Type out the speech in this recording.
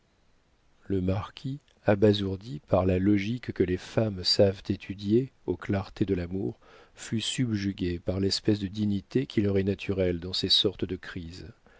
le marquis abasourdi par la logique que les femmes savent étudier aux clartés de l'amour fut subjugué par l'espèce de dignité qui leur est naturelle dans ces sortes de crises